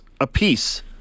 apiece